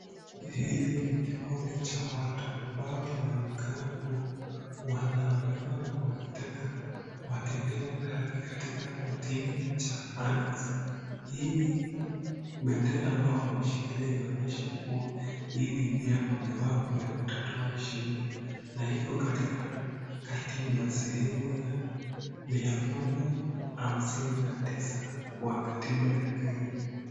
Hili ni kikundi cha watu ambao linaonekana kuwa wanaandamama wakitaka watendewe haki katika kotini cha Anex. Hii bendera ambayo wameshikilia inaonyesha kuwa hii ni njia mojawapo ya kutatua shida, na iko katika katiba sehemu ya 159 kwa katiba ya Kenya.